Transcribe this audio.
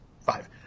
Five